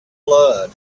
blood